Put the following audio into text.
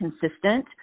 consistent